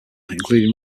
including